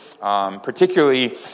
particularly